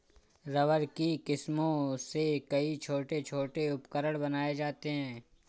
rubber की किस्मों से कई छोटे छोटे उपकरण बनाये जाते हैं